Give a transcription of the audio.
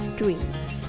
dreams